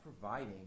providing